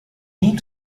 need